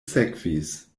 sekvis